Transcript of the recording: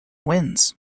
wins